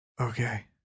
Okay